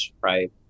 right